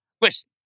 Listen